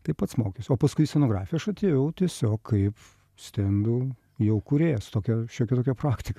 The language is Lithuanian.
tai pats mokiausi o paskui į scenografiją aš atėjau tiesiog kaip stendų jau kūrėjas tokia šiokia tokia praktika